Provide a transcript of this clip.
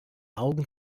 augen